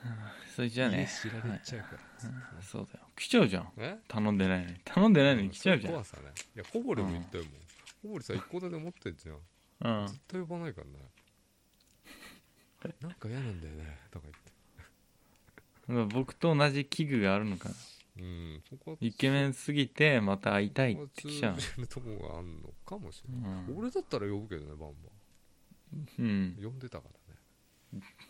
うん。それじゃあね。家知られちゃうから。うん。うん。そうだよ。来ちゃうじゃん。え？頼んでないのに。頼んでないのに来ちゃうじゃん。うん。それ怖さね。いや、小堀も言ったよ、うん。もう。小堀さ、一戸建て持ってんじゃん。うん。絶対呼ばないからね。 なんか嫌なんだよね、とか言って。僕と同じ器具があるのかな。うん。そこはつ-イケメンすぎてまた会いたいって来ちゃうの。そこは通じるとこがあんのかもしれない。うん。俺だったら呼ぶけどね、バンバン。うん。呼んでたからね。